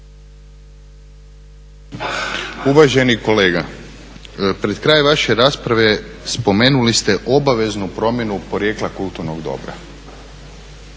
Uvaženi kolega pred kraj vaše rasprave spomenuli ste obaveznu promjena porijekla kulturnog dobra.